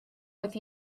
oedd